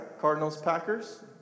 Cardinals-Packers